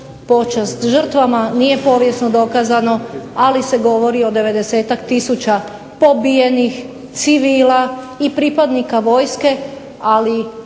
počast žrtvama. Nije povijesno dokazano, ali se govori o 90-ak tisuća pobijenih civila i pripadnika vojske, ali